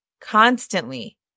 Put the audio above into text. constantly